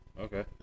okay